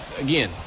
again